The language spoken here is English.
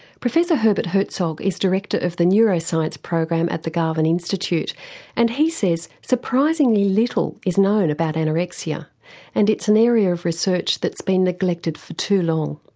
professor herbert herzog is director of the neuroscience program at the garvan institute and he says surprisingly little is known about anorexia and it's an area of research that's been neglected for too long.